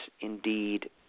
indeed